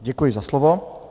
Děkuji za slovo.